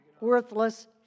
worthless